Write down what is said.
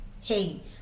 Hey